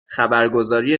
خبرگزاری